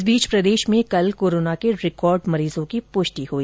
इस बीच प्रदेश में कल कोरोना के रिकॉर्ड मरीजों की प्रष्टि हुई